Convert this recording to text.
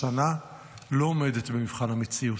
השנה לא עומדת במבחן המציאות.